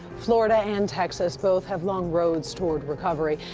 florida and texas both have long roads toward recovery.